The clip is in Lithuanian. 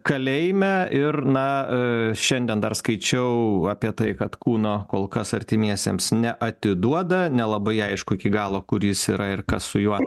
kalėjime ir na i šiandien dar skaičiau apie tai kad kūno kol kas artimiesiems neatiduoda nelabai aišku iki galo kur jis yra ir kas su juo